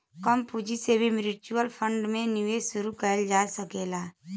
कम पूंजी से भी म्यूच्यूअल फण्ड में निवेश शुरू करल जा सकला